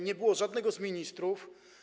Nie było żadnego z ministrów.